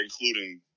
including